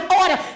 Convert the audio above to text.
order